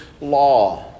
law